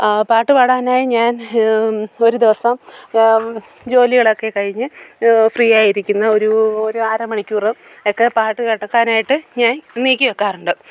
പാട്ട് പാടാനായി ഞാൻ ഒരു ദിവസം ജോലികളൊക്കെ കഴിഞ്ഞ് ഫ്രീയായി ഇരിക്കുന്ന ഒരു ഒരു അരമണിക്കൂറോ ഒക്കെ പാട്ട് കണ്ടെത്താനായിട്ട് ഞാൻ നീക്കി വെക്കാറുണ്ട്